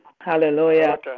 Hallelujah